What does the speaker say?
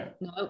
No